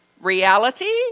Reality